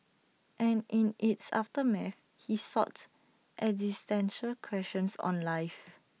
and in its aftermath he sought existential questions on life